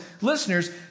listeners